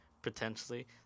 Potentially